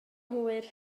hwyr